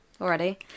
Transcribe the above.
already